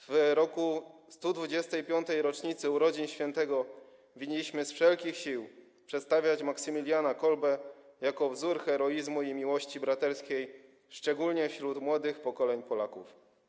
W roku 125. rocznicy urodzin Świętego winniśmy z wszelkich sił przedstawiać Maksymiliana Kolbego jako wzór heroizmu i miłości braterskiej, szczególnie wśród młodych pokoleń Polaków.